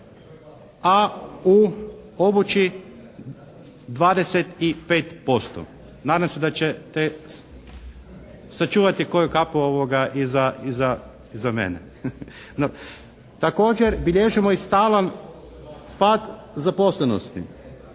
a u obući 25%. Nadam se da ćete sačuvati koju kapu i za mene. Također bilježimo i stalan pad zaposlenosti.